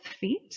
feet